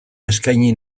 eskaini